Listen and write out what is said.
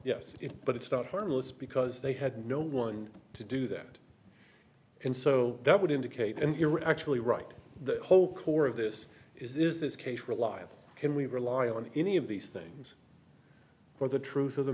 yes but it's not harmless because they had no one to do that and so that would indicate and you're actually right the whole core of this is this case reliable can we rely on any of these things or the truth of the